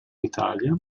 italia